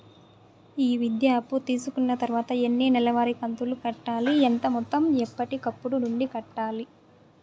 ఈ విద్యా అప్పు తీసుకున్న తర్వాత ఎన్ని నెలవారి కంతులు కట్టాలి? ఎంత మొత్తం ఎప్పటికప్పుడు నుండి కట్టాలి?